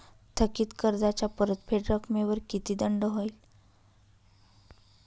थकीत कर्जाच्या परतफेड रकमेवर किती दंड होईल?